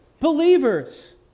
Believers